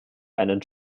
einen